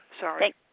sorry